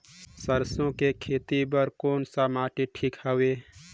सरसो के खेती बार कोन सा माटी ठीक हवे?